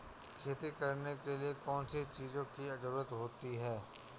खेती करने के लिए कौनसी चीज़ों की ज़रूरत होती हैं?